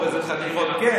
אילו חקירות כן,